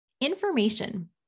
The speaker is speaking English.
information